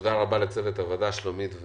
תודה רבה לצוות הוועדה: לשלומית,